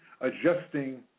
adjusting